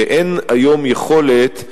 אין היום יכולת,